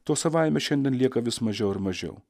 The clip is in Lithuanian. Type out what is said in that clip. to savaime šiandien lieka vis mažiau ir mažiau